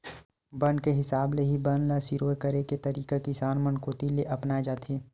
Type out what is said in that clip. बन के हिसाब ले ही बन ल सिरोय करे के तरीका किसान मन कोती ले अपनाए जाथे